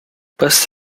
passe